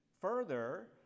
Further